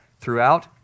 Throughout